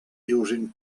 using